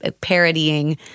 parodying